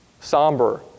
Somber